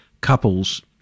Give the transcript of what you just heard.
couples